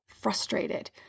frustrated